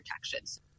protections